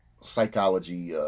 psychology